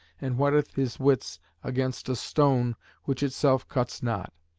and whetteth his wits against a stone which itself cuts not.